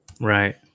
Right